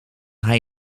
hij